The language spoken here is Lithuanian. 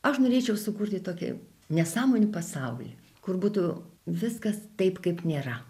aš norėčiau sukurti tokį nesąmonių pasaulį kur būtų viskas taip kaip nėra